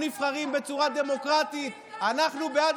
אנחנו נבחרים בצורה דמוקרטית, אנחנו בעד